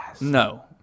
No